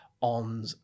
on